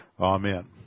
Amen